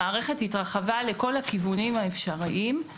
המערכת התרחבה לכל הכיוונים האפשריים.